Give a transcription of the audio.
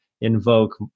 invoke